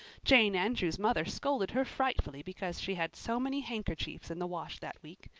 jane andrews' mother scolded her frightfully because she had so many handkerchiefs in the wash that week.